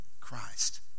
Christ